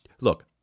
Look